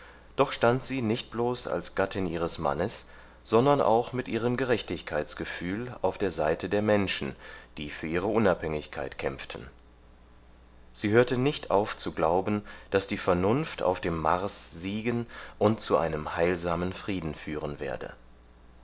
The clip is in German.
doch stand sie nicht bloß als gattin ihres mannes sondern auch mit ihrem gerechtigkeitsgefühl auf der seite der menschen die für ihre unabhängigkeit kämpften sie hörte nicht auf zu glauben daß die vernunft auf dem mars siegen und zu einem heilsamen frieden führen werde